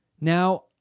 Now